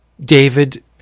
David